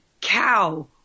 cow